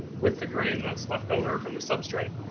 with the grain that's left over from the substrate.